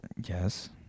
Yes